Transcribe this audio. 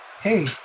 hey